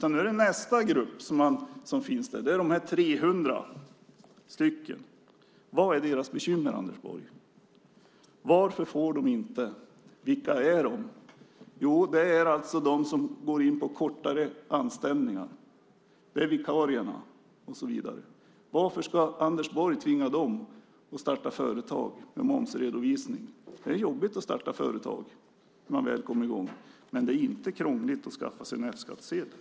Nu är det nästa grupp som finns där, de 300. Vad är deras bekymmer, Anders Borg? Varför får de inte? Vilka är de? Jo, det är alltså de som går in på kortare anställningar, vikarierna och så vidare. Varför ska Anders Borg tvinga dem att starta företag, med momsredovisning? Det är jobbigt att starta företag innan man väl kommer i gång, men det är inte krångligt att skaffa sig en F-skattsedel.